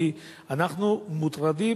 כי אנחנו מוטרדים,